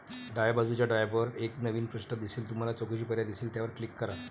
डाव्या बाजूच्या टॅबवर एक नवीन पृष्ठ दिसेल तुम्हाला चौकशी पर्याय दिसेल त्यावर क्लिक करा